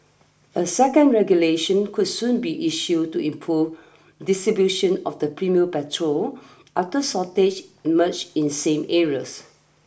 a second regulation could soon be issued to improve distribution of the premium petrol after shortage emerge in same areas